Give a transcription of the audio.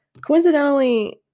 coincidentally